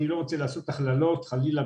אני לא רוצה לעשות הכללות חלילה,